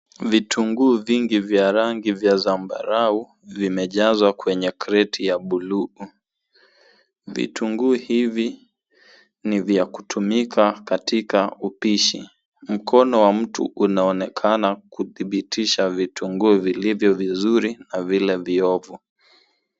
Vitunguu vingi vya rangi vya zambarau vimejazwa kwenye kreti ya bluu. Vitunguu hivi ni vya kutumika katika upishi. Mkono wa mtu unaonekana kudhibitisha vitunguu vilivyo vizuri na vile viovu.